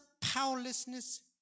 powerlessness